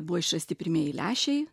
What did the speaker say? buvo išrasti pirmieji lęšiai